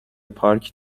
پارک